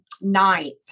ninth